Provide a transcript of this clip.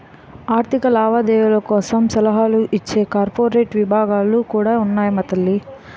ఆర్థిక లావాదేవీల కోసం సలహాలు ఇచ్చే కార్పొరేట్ విభాగాలు కూడా ఉన్నాయి తల్లీ